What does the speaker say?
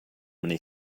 many